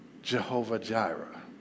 Jehovah-Jireh